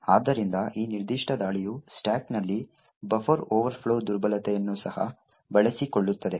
ಆದ್ದರಿಂದ ಈ ನಿರ್ದಿಷ್ಟ ದಾಳಿಯು ಸ್ಟಾಕ್ನಲ್ಲಿ ಬಫರ್ ಓವರ್ಫ್ಲೋ ದುರ್ಬಲತೆಯನ್ನು ಸಹ ಬಳಸಿಕೊಳ್ಳುತ್ತದೆ